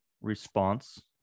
response